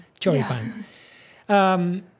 choripan